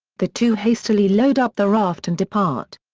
the two hastily load up the raft and depart.